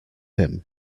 him